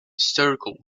circle